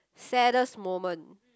saddest moment